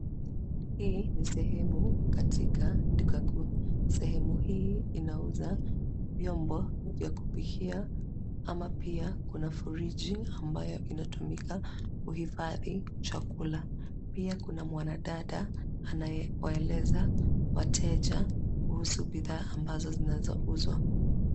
Hii ni sehemu katika duka kuu. Sehemu hii inauza vyombo vya kupikia ama pia kuna friji ambayo inatumika kuhifadh chakula. Pia kuna mwandada anayewaeleza wateja kuhusu bidhaa ambazo zinazouzwa.